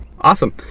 Awesome